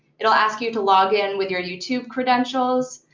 it'll ask you to log in with your youtube credentials.